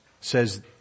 says